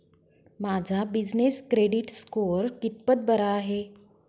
माझा business credit score कितपत बरा आहे?